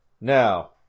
now